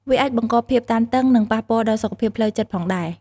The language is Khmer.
វាអាចបង្កភាពតានតឹង និងប៉ះពាល់ដល់សុខភាពផ្លូវចិត្តផងដែរ។